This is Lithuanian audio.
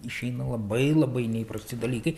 išeina labai labai neįprasti dalykai